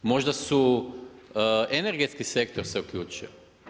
Možda su energetski sektor se uključio.